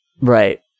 Right